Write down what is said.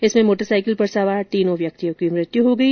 इसमें मोटरसाइकिल पर सवार तीनों व्यक्तियों की मृत्यु हो गई